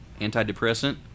antidepressant